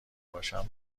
باشم